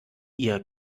ihr